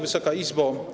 Wysoka Izbo!